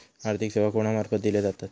आर्थिक सेवा कोणा मार्फत दिले जातत?